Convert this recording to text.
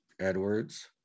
Edwards